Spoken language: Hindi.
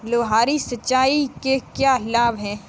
फुहारी सिंचाई के क्या लाभ हैं?